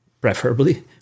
preferably